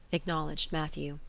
acknowledged matthew.